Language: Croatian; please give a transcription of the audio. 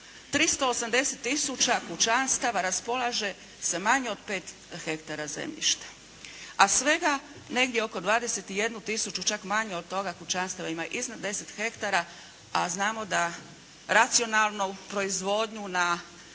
380 tisuća kućanstava raspolaže sa manje od 5 hektara zemljišta, a svega negdje oko 21 tisuću, čak manje od toga kućanstava ima iznad 10 hektara, a znamo da racionalno proizvodnju na